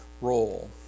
role